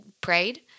prayed